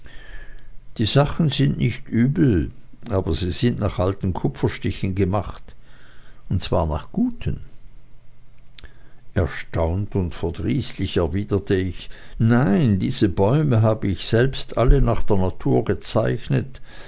die sachen sind nicht übel aber sie sind nach alten kupferstichen gemacht und zwar nach guten erstaunt und verdrießlich erwiderte ich nein diese bäume habe ich selbst alle nach der natur gezeichnet